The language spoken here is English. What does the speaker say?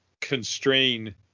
constrain